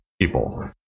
people